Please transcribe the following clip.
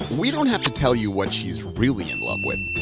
we don't have to tell you what she's really in love with.